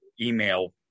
email